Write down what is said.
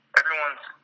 everyone's